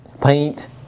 paint